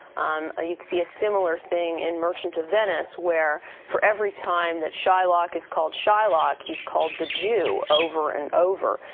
um ah you see a similar thing in merchant of venice, where for every time that shylock is called shylock, he's called the jew over and over,